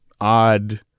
odd